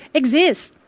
exist